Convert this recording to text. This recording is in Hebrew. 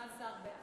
תודה.